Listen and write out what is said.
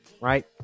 right